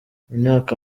imyaka